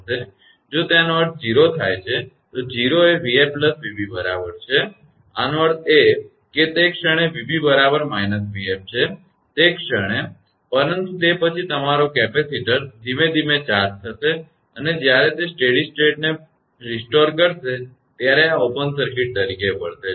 જો તેનો અર્થ 0 થાય છે તો 0 એ 𝑣𝑓 𝑣𝑏 બરાબર છે આનો અર્થ એ કે તે ક્ષણે 𝑣𝑏 બરાબર −𝑣𝑓 છે તે જ ક્ષણે પરંતુ તે પછી તમારો કેપેસિટર ધીમે ધીમે ચાર્જ થશે અને જ્યારે તે સ્થિર સ્થિતિને પુનર્સ્થાપિત કરશે ત્યારે આ ઓપન સર્કિટ તરીકે વર્તે છે